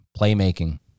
playmaking